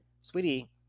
sweetie